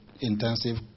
intensive